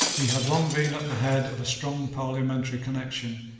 he had long been at the head of a strong parliamentary connection,